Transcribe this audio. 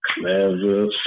clever